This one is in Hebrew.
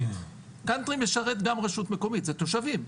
קאנטרי משרת גם רשות מקומית, זה תושבים.